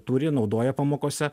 turi naudoja pamokose